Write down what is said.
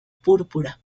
púrpura